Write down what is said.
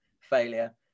failure